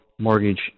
mortgage